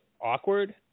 awkward